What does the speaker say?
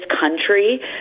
country